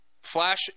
flash